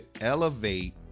elevate